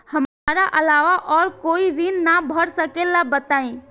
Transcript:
हमरा अलावा और कोई ऋण ना भर सकेला बताई?